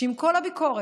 שעם כל הביקורת,